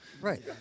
Right